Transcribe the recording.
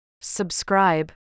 Subscribe